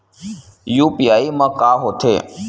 UPI मा का होथे?